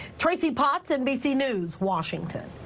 tracie potts nbc news, washington.